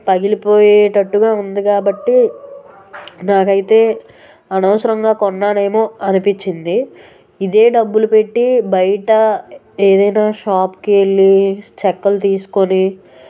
పగిలిపోయేటట్టుగా ఉంది కాబట్టి నాకు అయితే అనవసరంగా కొన్నానేమో అనిపించింది ఇదే డబ్బులు పెట్టి బయట ఏదయినా షాప్కు వెళ్ళీ చెక్కలు తీసుకొని